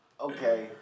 Okay